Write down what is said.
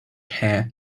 hair